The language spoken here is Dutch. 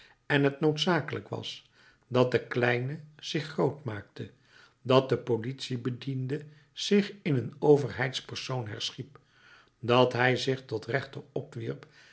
en het noodzakelijk was dat de kleine zich groot maakte dat de politiebediende zich in een overheidspersoon herschiep dat hij zich tot rechter opwierp